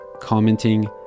commenting